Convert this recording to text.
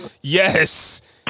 Yes